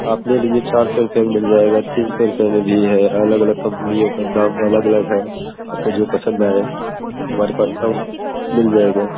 आपके लिए चार सौ रुपये में मिल जाएगा तीन सौ रुपये में भी है अलग अलग कंपनियों का नाम अलग अलग है आपको जो पसंद आए हमारे पास सब मिल जाएगा